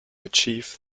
achieve